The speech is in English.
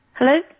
Hello